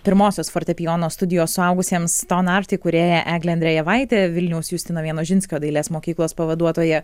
pirmosios fortepijono studijos suaugusiems tonart įkūrėja eglė andrejevaitė vilniaus justino vienožinskio dailės mokyklos pavaduotoja